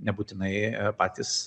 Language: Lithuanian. nebūtinai patys